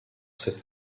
cette